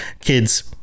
kids